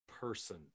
person